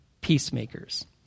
peacemakers